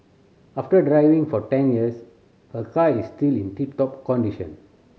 after driving for ten years her car is still in tip top condition